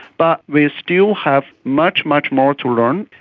but we still have much, much more to learn.